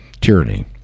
tyranny